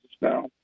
now